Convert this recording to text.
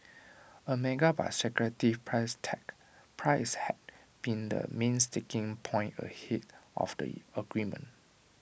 A mega but secretive price tag price had been the main sticking point ahead of the agreement